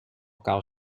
kaal